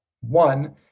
one